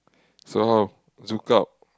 so how ZoukOut